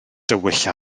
dywyll